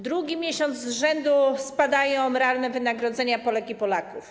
Drugi miesiąc z rzędu spadają realne wynagrodzenia Polek i Polaków.